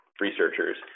researchers